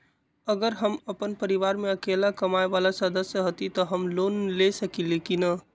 अगर हम अपन परिवार में अकेला कमाये वाला सदस्य हती त हम लोन ले सकेली की न?